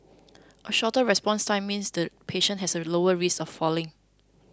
a shorter response time means the patient has a lower risk of falling